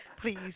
Please